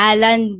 Alan